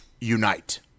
unite